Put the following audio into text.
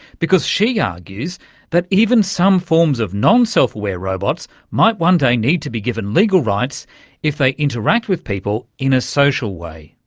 because she argues that even some forms of non-self-aware robots might one day need to be given legal rights if they interact with people in a social way.